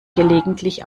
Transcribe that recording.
gelegentlich